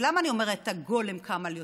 ולמה אני אומרת "הגולם קם על יוצרו"?